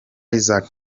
isaac